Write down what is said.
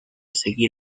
seguir